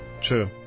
True